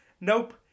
Nope